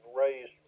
raised